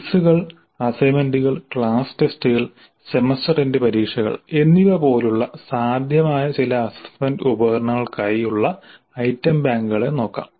ക്വിസുകൾ അസൈൻമെന്റുകൾ ക്ലാസ് ടെസ്റ്റുകൾ സെമസ്റ്റർ എൻഡ് പരീക്ഷകൾ എന്നിവ പോലുള്ള സാധ്യമായ ചില അസ്സസ്സ്മെന്റ് ഉപകരണങ്ങൾക്കായി ഉള്ള ഐറ്റം ബാങ്കുകളെ നോക്കാം